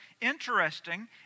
interesting